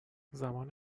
زمان